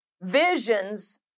Visions